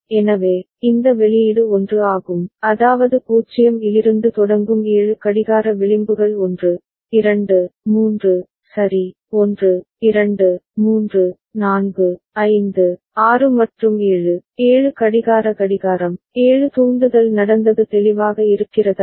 A எனவே இந்த வெளியீடு 1 ஆகும் அதாவது 0 இலிருந்து தொடங்கும் 7 கடிகார விளிம்புகள் 1 2 3 சரி 1 2 3 4 5 6 மற்றும் 7 7 கடிகார கடிகாரம் 7 தூண்டுதல் நடந்தது தெளிவாக இருக்கிறதா